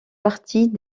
partie